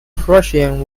prussian